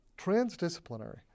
transdisciplinary